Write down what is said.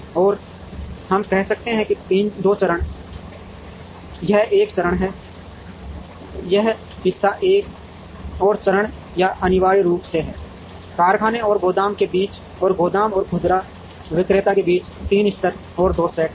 और हम कहते हैं कि 2 चरण यह एक चरण है यह हिस्सा एक और चरण या अनिवार्य रूप से है कारखाने और गोदाम के बीच और गोदाम और खुदरा विक्रेता के बीच 3 स्तर और 2 सेट हैं